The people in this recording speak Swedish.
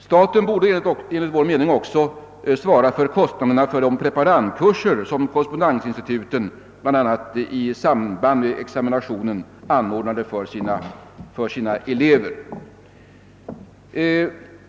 Staten borde enligt vår mening också svara för kostnaderna för de preparandkurser som korrespondensinstituten anordnar för sina elever, bl.a. i samband med examinationen.